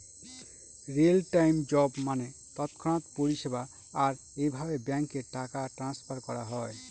real time job মানে তৎক্ষণাৎ পরিষেবা, আর এভাবে ব্যাঙ্কে টাকা ট্রান্সফার করা হয়